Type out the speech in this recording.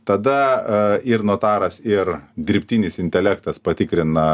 tada a ir notaras ir dirbtinis intelektas patikrina